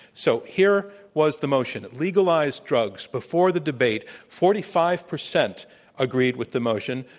so here was the motion, legalize drugs. before the debate, forty five percent agreed with the motion,